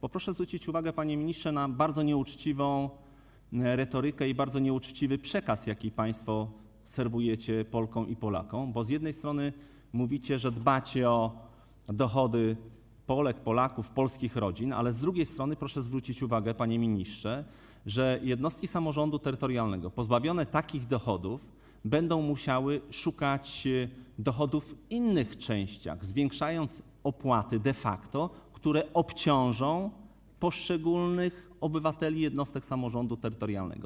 Proszę zwrócić uwagę, panie ministrze, na bardzo nieuczciwą retorykę i bardzo nieuczciwy przekaz, jaki państwo serwujecie Polkom i Polakom, bo z jednej strony mówicie, że dbacie o dochody Polek, Polaków, polskich rodzin, ale z drugiej strony proszę zwrócić uwagę, panie ministrze, że jednostki samorządu terytorialnego pozbawione takich dochodów będą musiały szukać dochodów w innych częściach, de facto zwiększając opłaty, które obciążą poszczególnych obywateli jednostek samorządu terytorialnego.